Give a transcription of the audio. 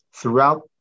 Throughout